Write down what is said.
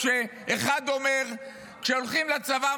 כשאחד אומר: כשהולכים לצבא,